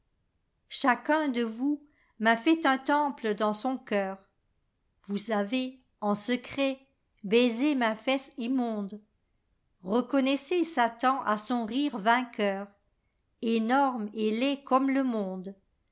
chacun de vous m'a fait un temple dans son cœur vous avez en secret baisé ma fesse immondereconnaissez satan à son rire vainqueur énorme et laid comme le monde